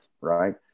Right